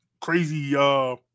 crazy